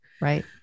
Right